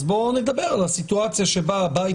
אז בוא נדבר על הסיטואציה שבה הבית